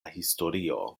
historio